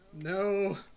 no